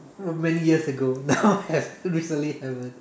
uh many years ago now have recently haven't